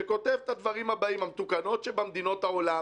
שכותב את הדברים הבאים: "המתוקנות שבמדינות העולם